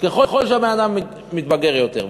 ככל שהבן-אדם מתבגר יותר.